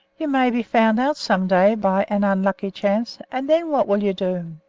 you may be found out some day by an unlucky chance, and then what will you do?